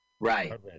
right